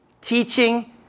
teaching